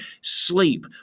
sleep